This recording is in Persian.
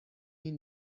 این